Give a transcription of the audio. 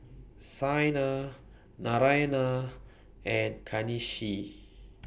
Saina Naraina and Kanshi